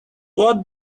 what